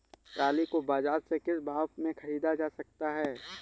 Trolley को बाजार से किस भाव में ख़रीदा जा सकता है?